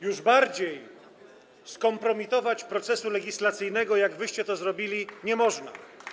Już bardziej skompromitować procesu legislacyjnego, niż wyście to zrobili, nie można.